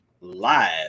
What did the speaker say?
Live